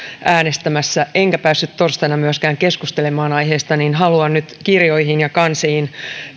äänestämässä enkä päässyt torstaina myöskään keskustelemaan aiheesta niin haluan nyt kirjoihin ja kansiin